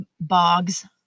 bogs